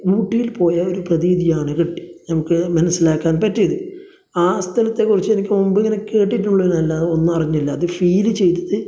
ഊട്ടിയിൽ പോയ ഒരു പ്രതീതിയാണ് കിട്ടി നമുക്ക് മനസ്സിലാക്കാൻ പറ്റിയത് ആ സ്ഥലത്തെക്കുറിച്ച് എനിക്ക് മുമ്പ് ഇങ്ങനെ കേട്ടിട്ടുള്ളതല്ലാതെ ഒന്നും അറിഞ്ഞില്ല അത് ഫീല് ചെയ്തത്